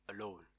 alone